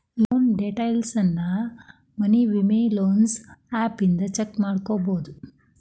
loan ಡೇಟೈಲ್ಸ್ನ Money View loans app ಇಂದ check ಮಾಡ್ಕೊಬೋದು